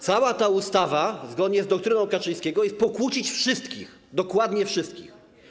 Celem tej ustawy, zgodnie z doktryną Kaczyńskiego, jest pokłócić wszystkich, dokładnie wszystkich.